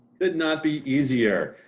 could not be easier.